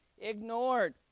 ignored